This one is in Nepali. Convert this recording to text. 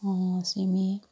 सिमी